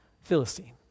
Philistine